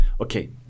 Okay